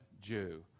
Jew